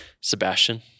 Sebastian